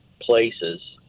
places